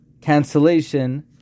cancellation